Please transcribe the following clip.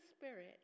Spirit